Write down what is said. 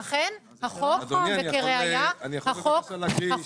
אדוני, אני יכול להתייחס?